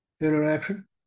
interaction